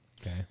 okay